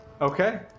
Okay